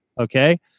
Okay